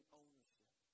ownership